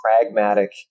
pragmatic